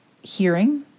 hearing